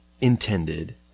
intended